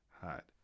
hot